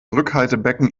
rückhaltebecken